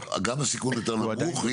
גם הסיכון יותר נמוך,